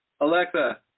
Alexa